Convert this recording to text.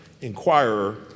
inquirer